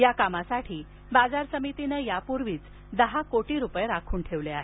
या कामासाठी बाजार समितीने याआधीच दहा कोटी रुपये राखून ठेवले आहेत